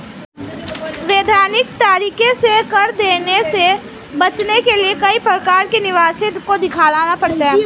वैधानिक तरीके से कर देने से बचने के लिए कई प्रकार के निवेश को दिखलाना पड़ता है